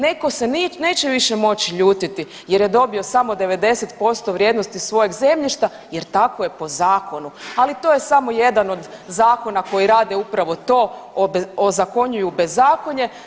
Netko se neće više moći ljutiti jer je dobio samo 90% vrijednosti svojeg zemljišta jer tako je po zakonu, ali to je samo jedan od zakona koji rade upravo to – ozakonjuju bezakonje.